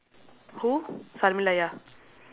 who ya